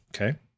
Okay